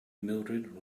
mildrid